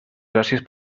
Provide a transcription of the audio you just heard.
gràcies